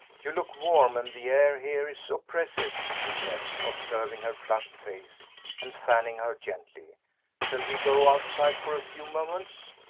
you look warm and the air here is oppressive, he said, observing her flushed face and fanning her gently shall we go outside for a few moments?